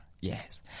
yes